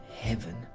heaven